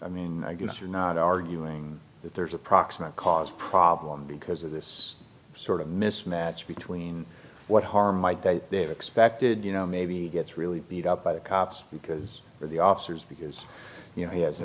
i mean i guess you're not arguing that there's a proximate cause problem because of this sort of mismatch between what harm might they have expected you know maybe get really beat up by the cops because the officers because you know he has an